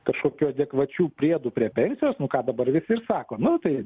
kažkokių adekvačių priedų prie pensijos nu ką dabar visi ir sako nu tai